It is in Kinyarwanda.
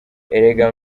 erega